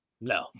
No